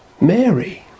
Mary